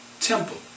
temple